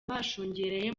bashungereye